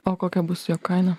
o kokia bus jo kaina